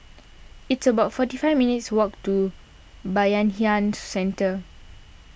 it's about forty five minutes' walk to Bayanihan Centre